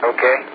Okay